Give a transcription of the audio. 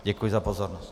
Děkuji za pozornost.